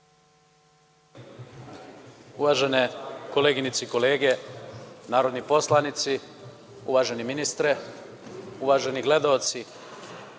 Uvažene koleginice i kolege narodni poslanici, uvaženi ministre, uvaženi gledaoci,